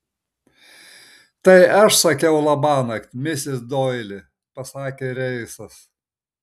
tai aš sakiau labanakt misis doili pasakė reisas